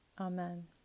Amen